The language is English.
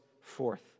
forth